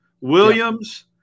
Williams